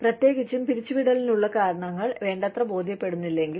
പ്രത്യേകിച്ചും പിരിച്ചുവിടലിനുള്ള കാരണങ്ങൾ വേണ്ടത്ര ബോധ്യപ്പെടുന്നില്ലെങ്കിൽ